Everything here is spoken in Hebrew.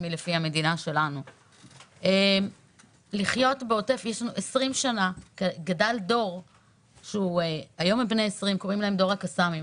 במשך 20 שנה גדל דור בעוטף שקוראים לו דור הקסאמים.